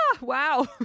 wow